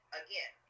again